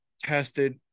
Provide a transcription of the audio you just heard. tested